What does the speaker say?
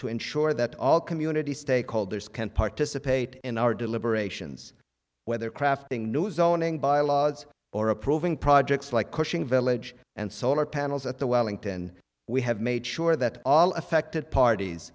to ensure that all community stakeholders can participate in our deliberations whether crafting new zoning bylaws or approving projects like cushing village and solar panels at the wellington we have made sure that all affected parties